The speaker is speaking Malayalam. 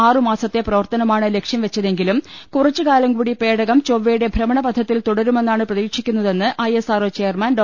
ആറു മാസത്തെ പ്രവർത്തനമാണ് ലക്ഷ്യംവെച്ച തെങ്കിലും കുറച്ചുകാലം കൂടി പേടകം ചൊവ്വയുടെ ഭ്രമണപഥ ത്തിൽ തുടരുമെന്നാണ് പ്രതീക്ഷിക്കുന്നതെന്ന് I S R O chairman Dr